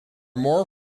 more